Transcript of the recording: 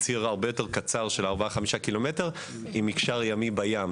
בציר הרבה יותר קצר של 5-4 ק"מ עם מקשר ימי בים.